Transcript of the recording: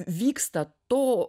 vyksta to